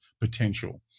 potential